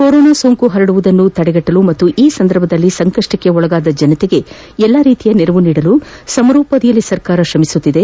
corona ಸೋಂಕು ಪರಡುವುದನ್ನು ತಡೆಗಟ್ಟಲು ಹಾಗೂ ಈ ಸಂದರ್ಭದಲ್ಲಿ ಸಂಕಷ್ಷಕ್ಕೆ ಒಳಗಾದ ಜನತೆಗೆ ಎಲ್ಲ ರೀತಿಯ ನೆರವು ನೀಡಲು ಸಮರೋಪಾದಿಯಲ್ಲಿ ಸರ್ಕಾರ ಶ್ರಮಿಸುತ್ತಿದೆ